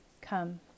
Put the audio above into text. Come